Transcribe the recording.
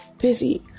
busy